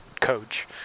coach